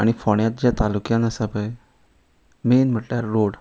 आनी फोण्या ज्या तालुक्यान आसा पळय मेन म्हटल्यार रोड